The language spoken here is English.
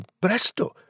presto